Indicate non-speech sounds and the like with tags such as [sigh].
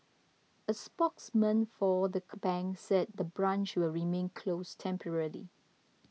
a spokesman for the [unintelligible] bank said the branch will remain closed temporarily